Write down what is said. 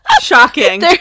shocking